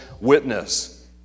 witness